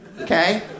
okay